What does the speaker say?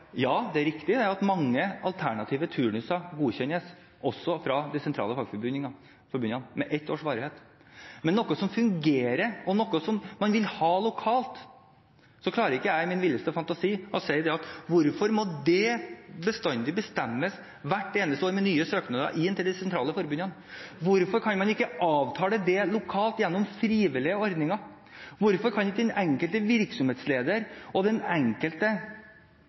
Ja, det er riktig at mange alternative turnuser godkjennes også fra de sentrale fagforbundene, med ett års varighet, men når det gjelder noe som fungerer, og noe som man vil ha lokalt, klarer ikke jeg i min villeste fantasi å forstå hvorfor det bestandig må bestemmes hvert eneste år, med nye søknader inn til de sentrale forbundene. Hvorfor kan man ikke avtale det lokalt gjennom frivillige ordninger? Hvorfor kan ikke den enkelte virksomhetsleder og den enkelte